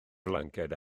flanced